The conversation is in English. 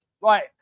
right